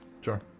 Sure